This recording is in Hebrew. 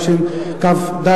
התשכ"ד,